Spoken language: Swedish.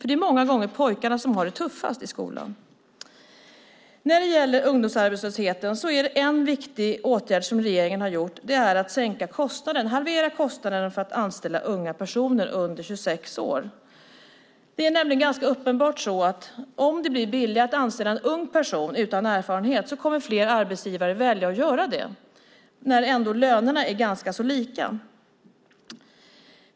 Det är många gånger pojkarna som har det tuffast i skolan. När det gäller ungdomsarbetslösheten har regeringen vidtagit en viktig åtgärd, nämligen att halvera kostnaden för att anställa personer som är under 26 år. Det är uppenbart att om det blir billigare att anställa en ung person utan erfarenhet kommer fler arbetsgivare att välja att göra det när lönerna är ganska lika.